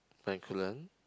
Bencoolen